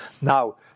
Now